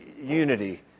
unity